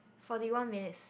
Forty One minutes